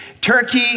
Turkey